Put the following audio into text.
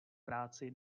práci